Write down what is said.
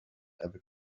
ever